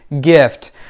gift